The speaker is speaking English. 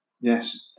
Yes